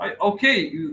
okay